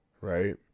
right